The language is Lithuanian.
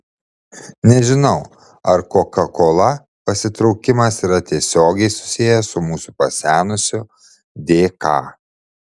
nežinau ar koka kola pasitraukimas yra tiesiogiai susijęs su mūsų pasenusiu dk